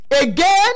Again